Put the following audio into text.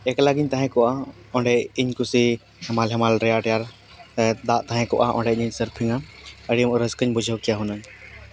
ᱮᱠᱞᱟᱜᱮᱧ ᱛᱟᱦᱮᱸ ᱠᱚᱜᱼᱟ ᱚᱸᱰᱮ ᱤᱧ ᱠᱩᱥᱤ ᱦᱮᱢᱟᱞ ᱦᱮᱢᱟᱞ ᱨᱮᱭᱟᱲ ᱨᱮᱭᱟᱲ ᱫᱟᱜ ᱛᱟᱦᱮᱸ ᱠᱚᱜᱼᱟ ᱚᱸᱰᱮ ᱤᱧᱤᱧ ᱥᱟᱨᱯᱷᱤᱝᱟ ᱟᱹᱰᱤ ᱢᱚᱸᱡᱽ ᱨᱟᱹᱥᱠᱟᱹᱧ ᱵᱩᱡᱷᱟᱹᱣ ᱠᱮᱭᱟ ᱦᱩᱱᱟᱹᱝ